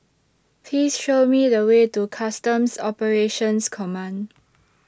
Please Show Me The Way to Customs Operations Command